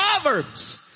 Proverbs